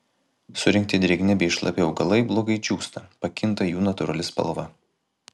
surinkti drėgni bei šlapi augalai blogai džiūsta pakinta jų natūrali spalva